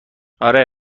آره